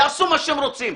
יעשו מה שהם רוצים.